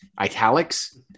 italics